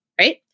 right